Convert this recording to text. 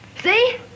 See